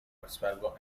respaldo